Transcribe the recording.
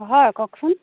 হয় কওকচোন